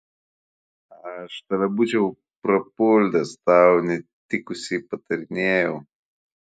aš tave būčiau prapuldęs tau netikusiai patarinėjau